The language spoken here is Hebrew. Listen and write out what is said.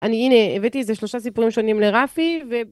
אני הנה הבאתי איזה שלושה סיפורים שונים לרפי